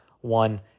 one